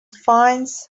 finds